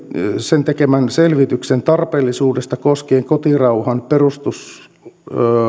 sen tekemän selvityksen tarpeellisuudesta koskien kotirauhan perustuslain